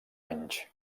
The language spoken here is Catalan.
anys